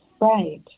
right